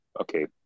Okay